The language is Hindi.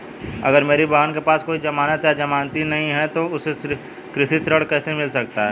अगर मेरी बहन के पास कोई जमानत या जमानती नहीं है तो उसे कृषि ऋण कैसे मिल सकता है?